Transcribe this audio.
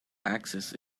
axis